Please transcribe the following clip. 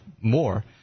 more –